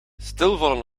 stilvallen